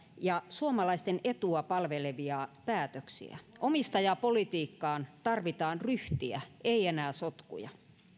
ja suomalaisten etua palvelevia päätöksiä omistajapolitiikkaan tarvitaan ryhtiä ei enää sotkuja